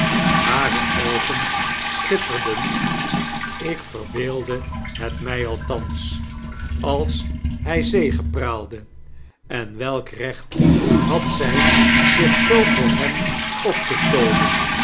hare oogen schitterden ik verbeeldde het mij althans als hij zegepraalde en welk recht had zij zich zoo voor hem op te tooien